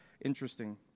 Interesting